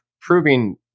proving